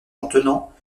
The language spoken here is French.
contenant